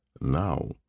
Now